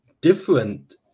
different